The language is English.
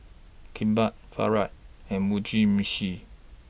Kimbap Falafel and Mugi Meshi